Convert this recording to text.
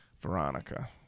Veronica